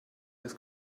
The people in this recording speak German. das